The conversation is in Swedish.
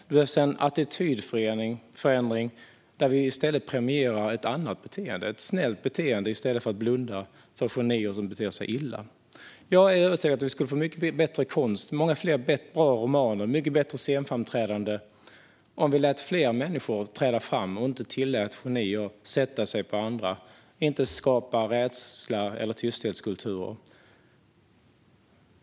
Det behövs en attitydförändring så att vi premierar ett annat beteende, ett snällt beteende, i stället för att blunda för genier som beter sig illa. Jag är övertygad om att vi skulle få mycket bättre konst, många fler bra romaner och mycket bättre scenframträdanden om vi lät fler människor träda fram och inte lät genier sätta sig på andra och skapa rädsla eller tysthetskulturer.